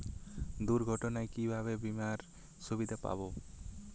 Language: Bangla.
দুর্ঘটনায় কিভাবে বিমার সুবিধা পাব?